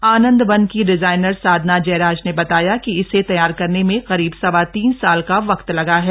आनंद वन की डिजाइनर साधना जयराज ने बताया कि इसे तैयार करने में करीब सवा तीन साल का वक्त लगा है